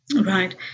Right